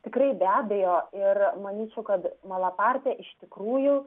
tikrai be abejo ir manyčiau kad malapartė iš tikrųjų